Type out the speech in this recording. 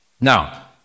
Now